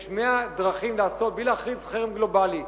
יש מאה דרכים לעשות בלי להכריז חרם גלובלי.